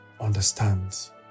understands